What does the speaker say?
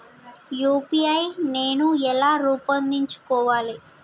UPI నేను ఎలా రూపొందించుకోవాలి?